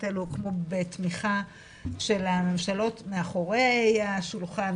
האלו הוקמו בתמיכה של הממשלות מאחורי השולחן,